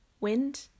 wind